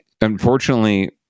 Unfortunately